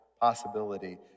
possibility